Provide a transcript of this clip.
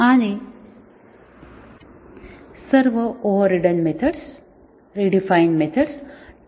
आणि सर्व overridden methods redefined methods test केल्या पाहिजेत